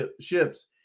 ships